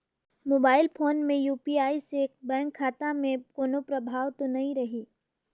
Mobile phone मे UPI से bank खाता मे कोनो प्रभाव तो नइ रही?